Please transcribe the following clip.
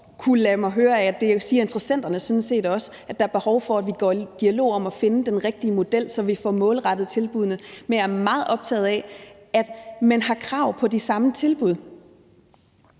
model. Jeg har også fra interessenternes side kunnet høre, at der er behov for, at vi går i dialog om at finde den rigtige model, så vi får målrettet tilbuddene. Men jeg er meget optaget af, at man har krav på de samme tilbud.